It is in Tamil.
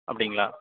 அப்படிங்களா